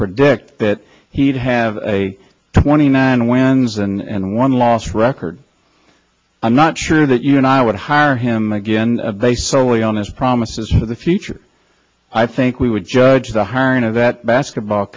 predict that he'd have a twenty nine wins and one loss record i'm not sure that you and i would hire him again based solely on his promises for the future i think we would judge the hiring of that basketball